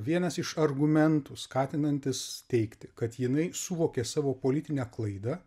vienas iš argumentų skatinantis teigti kad jinai suvokė savo politinę klaidą